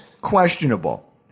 questionable